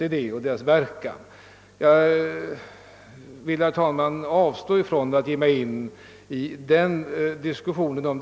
Jag avstår därför, herr talman, från att nu ta upp en ny diskussion härom;